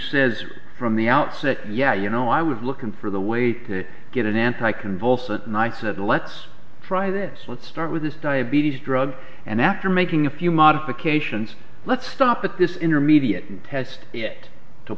says from the outset yeah you know i was looking for the way to get an anticonvulsant and i said let's try this let's start with this diabetes drug and after making a few modifications let's stop at this intermediate and test it t